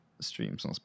streams